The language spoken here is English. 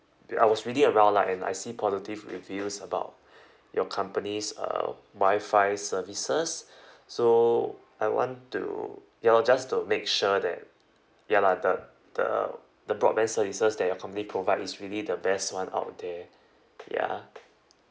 I was reading around lah and I see positive reviews about your company's uh wi-fi services so I want to you know just to make sure that ya lah the the the broadband services that your company provide is really the best one out there ya